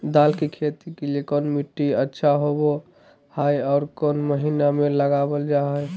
दाल की खेती के लिए कौन मिट्टी अच्छा होबो हाय और कौन महीना में लगाबल जा हाय?